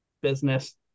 business